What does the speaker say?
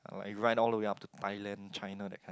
like you ride all the way up to Thailand China that kind